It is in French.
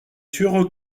sûre